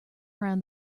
around